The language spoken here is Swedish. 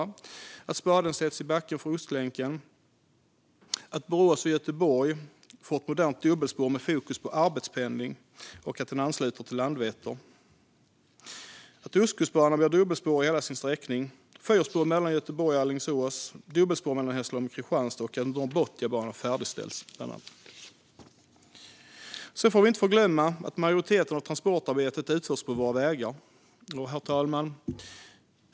Det handlar också bland annat om att spaden sätts i backen för Ostlänken, att Borås och Göteborg får ett modernt dubbelspår med fokus på arbetspendling och att det ansluter till Landvetter, att Ostkustbanan blir dubbelspårig i hela sin sträckning, att det blir fyrspår mellan Göteborg och Alingsås, att det blir dubbelspår mellan Hässleholm och Kristianstad och att Norrbotniabanan färdigställs. Vi får inte glömma att majoriteten av transportabetet utförs på vägarna.